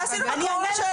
אני אענה לך.